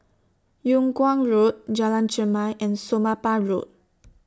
Yung Kuang Road Jalan Chermai and Somapah Road